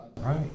Right